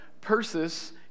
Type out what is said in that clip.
Persis